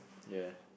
ya